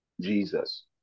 Jesus